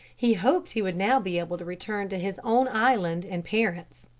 he hoped he would now be able to return to his own island and parents.